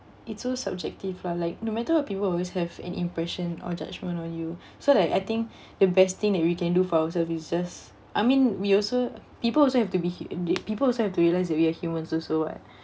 it's so subjective lah like no matter what people always have an impression or judgment on you so like I think the best thing that we can do for our self is just I mean we also people also have to be hu~ th~ people also have to realise that we are humans also [what]